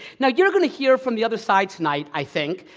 now, you're going to hear from the other side tonight, i think,